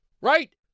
right